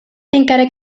encara